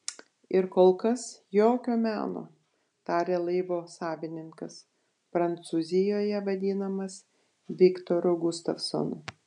ir kol kas jokio meno tarė laivo savininkas prancūzijoje vadinamas viktoru gustavsonu